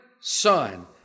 Son